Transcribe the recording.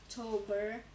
October